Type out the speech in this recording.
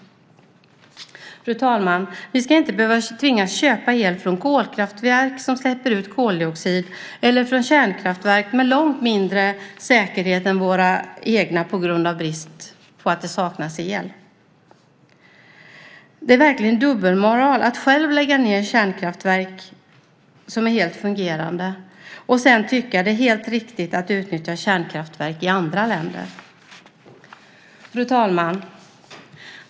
Fru talman! Vi ska inte behöva tvingas köpa el från kolkraftverk som släpper ut koldioxid eller från kärnkraftverk med långt mindre säkerhet än våra egna på grund av att det saknas el. Det är verkligen dubbelmoral att själv lägga ned kärnkraftverk som är fullt fungerande och sedan tycka att det är helt riktigt att utnyttja kärnkraftverk i andra länder. Fru talman!